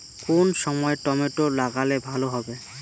কোন সময় টমেটো লাগালে ভালো হবে?